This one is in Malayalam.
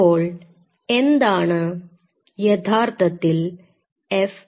അപ്പോൾ എന്താണ് യഥാർത്ഥത്തിൽ FACS